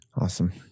Awesome